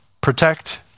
Protect